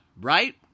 right